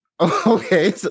Okay